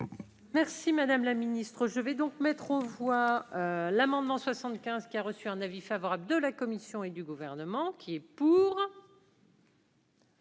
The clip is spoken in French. Merci madame la ministre, je vais donc mettre aux voix l'amendement 75 qui a reçu un avis favorable de la Commission et du gouvernement qui est pour.